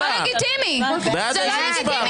זה לא לגיטימי, זה לא לגיטימי.